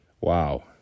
Wow